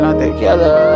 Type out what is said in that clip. together